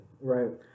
right